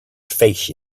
face